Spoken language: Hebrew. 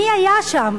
מי היה שם?